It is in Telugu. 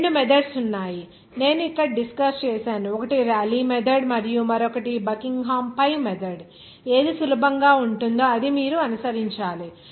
రెండు మెథడ్స్ ఉన్నాయి "నేను ఇక్కడ డిస్కస్ చేశాను ఒకటి రేలీ మెథడ్ మరియు మరొకటి బకింగ్హామ్ pi మెథడ్ " ఏది సులభంగా ఉంటుందో అది మీరు అనుసరించాలి